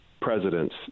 presidents